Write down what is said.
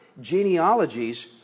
genealogies